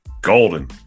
Golden